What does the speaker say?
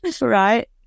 right